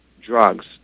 drugs